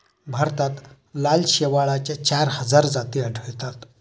भारतात लाल शेवाळाच्या चार हजार जाती आढळतात